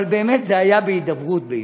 אבל באמת זה היה בהידברות בינינו,